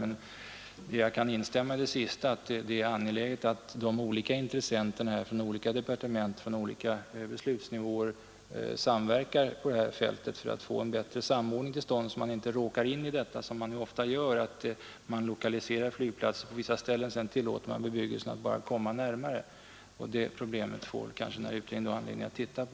Men jag kan instämma i att det är angeläget, att de olika intressenterna från olika departement, från olika beslutsnivåer, samverkar på detta fält för att få en bättre samordning. Då skulle man inte råka in i, som man ofta gör, att först lokalisera flygplatser på vissa ställen och sedan tillåta bebyggelsen att komma närmare. Det problemet får kanske den här utredningen anledning att se på.